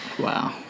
Wow